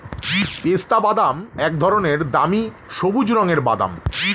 পেস্তাবাদাম এক ধরনের দামি সবুজ রঙের বাদাম